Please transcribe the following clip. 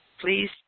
please